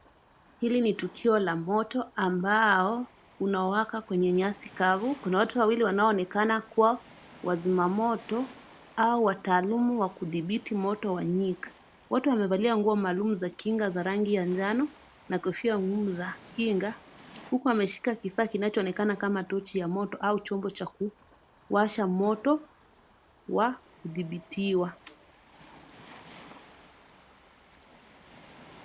Hili ni tukio la moto ambao unawaka kwenye nyasi kavu. Kuna watu wawili wanaoonekana kuwa wazimamoto, au wataalamu wa kudhibiti moto wa nyika. Wote wamevalia nguo maalumu wa kinga wa rangi ya njano, na kofia ngumu za kinga huku wameshika kifaa kinachoonekana kama tochi ya moto au chombo cha kuwasha moto wa kudhibitiwa.